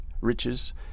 riches